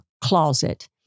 closet